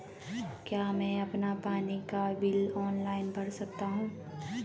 क्या मैं अपना पानी का बिल ऑनलाइन भर सकता हूँ?